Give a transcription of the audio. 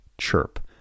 CHIRP